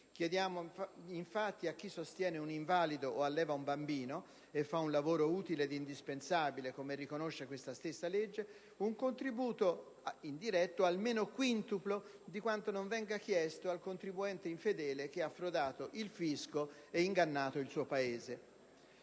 Chiediamo infatti a chi sostiene un invalido o alleva un bambino - e fa un lavoro utile ed indispensabile, come riconosce questa stessa legge - un contributo almeno quintuplo di quanto non venga chiesto al contribuente infedele che ha frodato il fisco e ingannato il suo Paese.